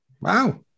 Wow